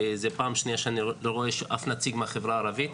שזה פעם שניה שאני לא רואה אף נציג מהחברה הערבית